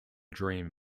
dream